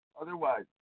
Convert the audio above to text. Otherwise